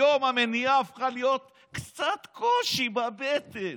היום המניעה הפכה להיות קצת קושי בבטן.